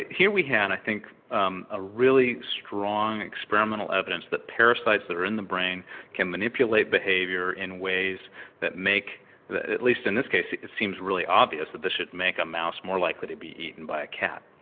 here we have i think um a really strong experiment evidence that parasites that are in the brain can manipulate behaviour in ways that make at least in this case it seems really obvious that this should make a mouse more likely to be eaten by a cat.